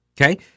okay